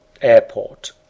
airport